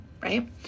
right